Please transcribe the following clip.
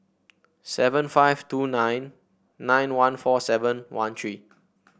seven five two nine nine one four seven one three